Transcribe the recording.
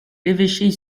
évêchés